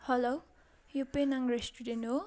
hello यो Penang restaurant हो